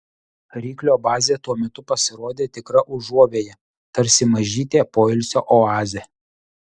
ryklio bazė tuo metu pasirodė tikra užuovėja tarsi mažytė poilsio oazė